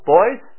Boys